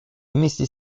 вместе